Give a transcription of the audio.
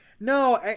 No